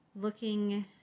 looking